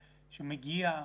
שמגיע,